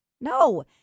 No